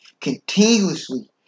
continuously